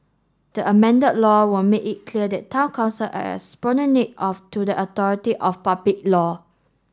the amended law will make it clear that Town Council are of to the authority of public law